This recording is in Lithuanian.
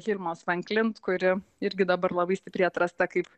firmos van klint kuri irgi dabar labai stipriai atrasta kaip